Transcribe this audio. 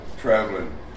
traveling